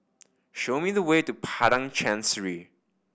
show me the way to Padang Chancery